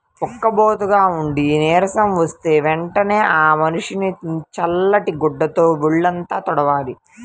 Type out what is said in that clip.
ఉక్కబోతగా ఉండి నీరసం వస్తే వెంటనే ఆ మనిషిని చల్లటి గుడ్డతో వొళ్ళంతా తుడవాలి